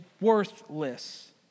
worthless